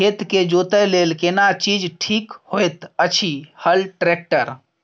खेत के जोतय लेल केना चीज ठीक होयत अछि, हल, ट्रैक्टर?